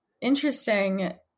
interesting